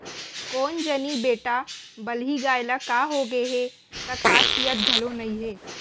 कोन जनी बेटा बलही गाय ल का होगे हे त खात पियत घलौ नइये